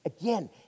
again